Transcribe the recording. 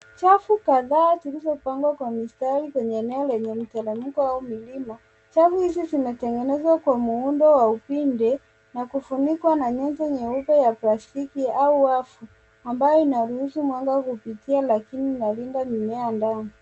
Chafu kataa zilizopangwa kwa mistari kwenye eneo lenye mteremko au milima. Chafu hizi zimetengenezwa kwa muundo wa upinde na kufunikwa nyenze nyeupe ya plastiki au wavu ambao inaruhusu mwanga upitia lakini inalinda mimea ndani.